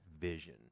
vision